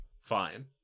fine